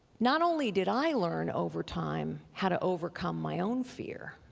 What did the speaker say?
not only did i learn over time how to overcome my own fear,